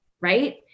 right